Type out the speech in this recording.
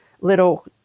little